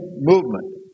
movement